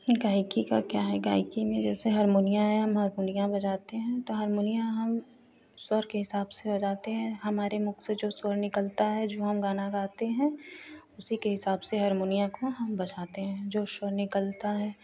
गायकी का क्या है गायकी में जैसे हरमुनियाँ है हम हरमुनियाँ बजाते हैं तो हरमुनियाँ हम स्वर के हिसाब से बजाते हैं हमारे मुख से जो स्वर निकलता है जो हम गाना गाते हैं उसी के हिसाब से हरमुनियाँ को हम बजाते हैं जो स्वर निकलता है